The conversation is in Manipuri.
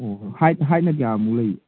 ꯑꯣ ꯍꯥꯏꯠꯅ ꯀꯌꯥꯃꯨꯛ ꯂꯩ